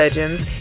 legends